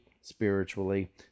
spiritually